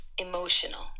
emotional